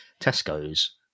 Tesco's